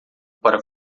para